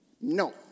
No